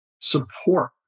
support